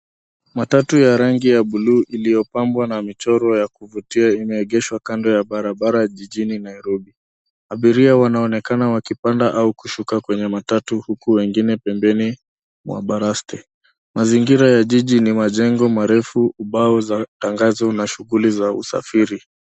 Matatu ya rangi ya bluu iliyopambwa na michoro ya kuvutia imeegeshwa kando ya barabara jijini Nairobi, abiria wanaonekana wakipanda au kushuka kwenye matatu huku wengine wakiwa pembeni mwa baraste. Mazingira ya jiji ni majengo marefu ubao za angazi na shughuli za usafiri.